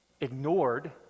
ignored